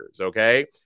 Okay